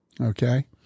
Okay